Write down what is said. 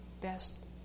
best